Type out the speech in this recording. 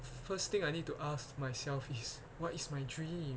first thing I need to ask myself is what is my dream